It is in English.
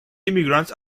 immigrants